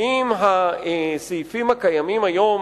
עם הסעיפים הקיימים היום